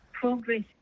progress